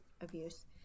abuse